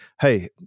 hey